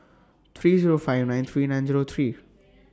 three Zero five nine three nine Zero three